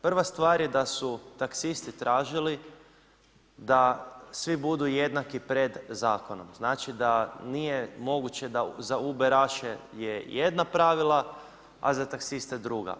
Prva stvar je da su taksisti tražili da svi budu jednaki pred zakonom, znači da nije moguće da za uberaše je jedna pravila, a za taksiste druga.